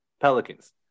Pelicans